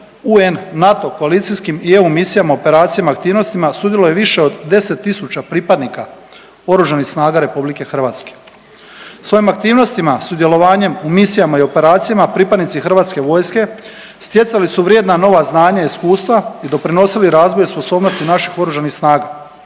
UN NATO koalicijskim i EU misijama, operacijama, aktivnostima sudjeluje više od 10 000 pripadnika Oružanih snaga RH. Svojim aktivnostima, sudjelovanjem u misijama i operacijama pripadnici Hrvatske vojske stjecali su vrijedna nova znanja i iskustva i doprinosili razvoju sposobnosti naših Oružanih snaga.